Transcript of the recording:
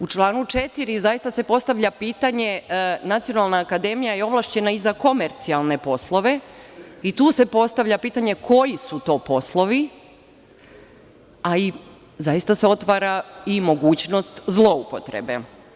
U članu 4. zaista se postavlja pitanje, Nacionalna akademija je ovlašćena i za komercijalne poslove, i tu se postavlja pitanje - koji su to poslovi, a zaista se otvara i mogućnost zloupotrebe.